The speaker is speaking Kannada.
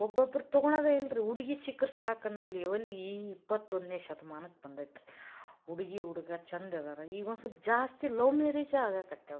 ಒಬ್ಬೊಬ್ರು ತಗೋಳೋದೆ ಇಲ್ಲ ರೀ ಹುಡುಗಿ ಸಿಕ್ರೆ ಸಾಕು ಅನ್ನೋ ಲೆವೆಲಿಗೆ ಈ ಇಪ್ಪತ್ತೊಂದನೇ ಶತಮಾನಕ್ಕೆ ಬಂದದೆ ಹುಡುಗಿ ಹುಡುಗ ಚಂದದಾರ ಈಗೊಂದು ಸ್ವಲ್ಪ ಜಾಸ್ತಿ ಲವ್ ಮ್ಯಾರೇಜ ಆಗಕತ್ಯಾವೆ ರೀ